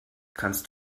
kannst